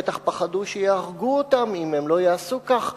בטח פחדו שיהרגו אותם אם הם לא יעשו כך.